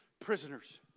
prisoners